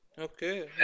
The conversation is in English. Okay